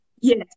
yes